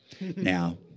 Now